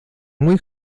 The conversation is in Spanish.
muy